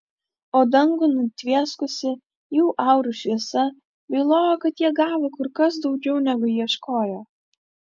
o dangų nutvieskusi jų aurų šviesa bylojo kad jie gavo kur kas daugiau negu ieškojo